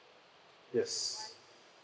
yes